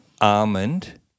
almond